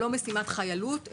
לא משימת חיילות,